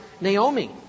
Naomi